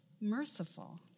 merciful